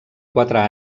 quatre